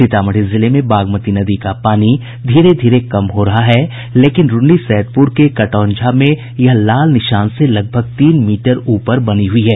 सीतामढ़ी जिले में बागमती नदी का पानी धीरे धीरे कम हो रहा है लेकिन रून्नीसैदपुर के कटौंझा में यह लाल निशान से लगभग तीन मीटर ऊपर बनी हुयी है